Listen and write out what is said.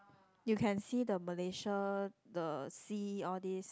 you can see the Malaysia the sea all these